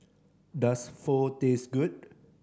does Pho taste good